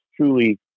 truly